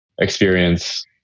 experience